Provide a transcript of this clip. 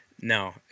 No